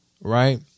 right